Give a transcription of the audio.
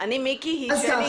אין ציר אחר שהוא ציר עוקף מח"ש.